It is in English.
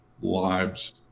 lives